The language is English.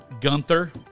Gunther